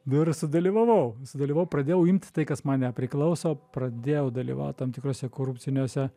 nu ir sudalyvavau sudalyvau pradėjau imt tai kas man nepriklauso pradėjau dalyvaut tam tikruose korupciniuose